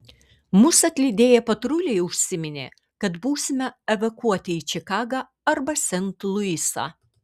mus atlydėję patruliai užsiminė kad būsime evakuoti į čikagą arba sent luisą